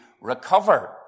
recover